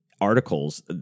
articles